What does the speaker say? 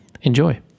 Enjoy